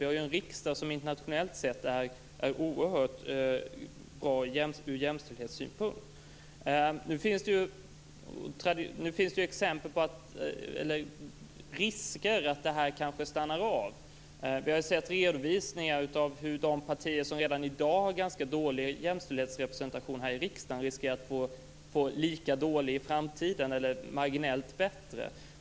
Vi har en riksdag som internationellt sett är oerhört bra från jämställdhetssynpunkt. Det finns nu en risk att det här stannar av. Vi har fått redovisat att de partier som redan i dag har en ganska dålig jämställdhetsrepresentation här i riksdagen i framtiden riskerar att få en lika dålig eller en som är marginellt bättre.